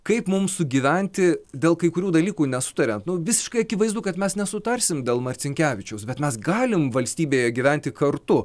kaip mums sugyventi dėl kai kurių dalykų nesutariant nu visiškai akivaizdu kad mes nesutarsim dėl marcinkevičiaus bet mes galim valstybėje gyventi kartu